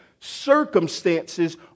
Circumstances